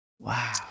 Wow